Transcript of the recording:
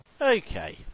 Okay